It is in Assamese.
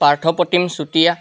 পাৰ্থপ্ৰতীম চুতীয়া